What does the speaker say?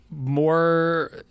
more